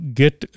get